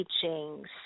teachings